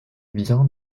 biens